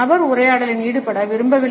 நபர் உரையாடலில் ஈடுபட விரும்பவில்லை